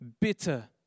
bitter